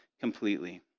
completely